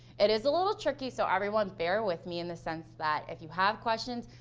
it is a little tricky, so everyone bear with me in the sense that if you have questions,